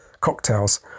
cocktails